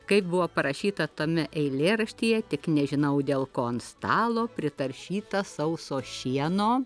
kaip buvo parašyta tame eilėraštyje tik nežinau dėl ko ant stalo pritaršyta sauso šieno